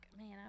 Man